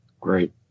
Great